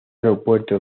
aeropuerto